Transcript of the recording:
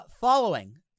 Following